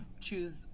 choose